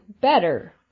better